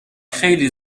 خیلی